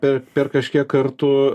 per per kažkiek kartų